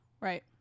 Right